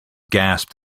gasped